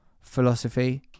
philosophy